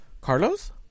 Carlos